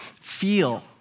feel